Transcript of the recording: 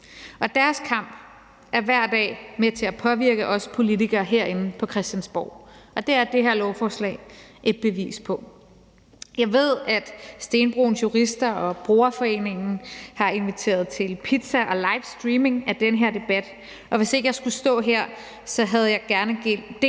Deres kamp er hver dag med til at påvirke os politikere herinde på Christiansborg, og det er det her lovforslag et bevis på. Jeg ved, at Stenbroens Jurister og BrugerForeningen har inviteret til pizza og livestreaming af den her debat, og hvis ikke jeg skulle stå her, havde jeg gerne delt